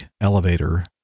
elevator